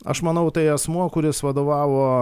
aš manau tai asmuo kuris vadovavo